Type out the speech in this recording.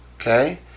Okay